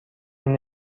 این